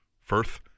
Firth